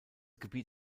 gebiet